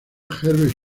herbert